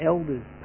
Elders